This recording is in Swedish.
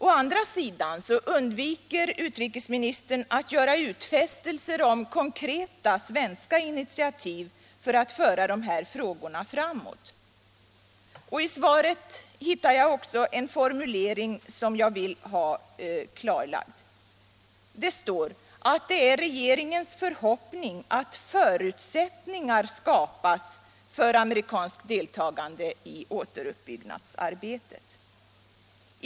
Å andra sidan undviker utrikesministern att göra utfästelser om konkreta svenska initiativ för att föra dessa frågor framåt. I svaret hittar jag också en formulering som jag vill ha klarlagd. Där sägs att det är regeringens förhoppning att förutsättningar skapas för amerikanskt deltagande i återuppbyggnadsarbetet.